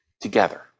together